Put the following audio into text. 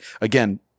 Again